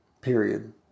Period